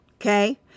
okay